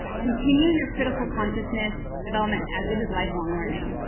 continue your critical consciousness development as it is lifelong learning.